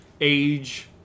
age